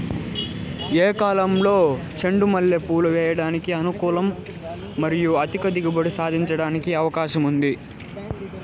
ఏ కాలంలో చెండు మల్లె పూలు వేయడానికి అనుకూలం మరియు అధిక దిగుబడి సాధించడానికి అవకాశం ఉంది?